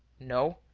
no,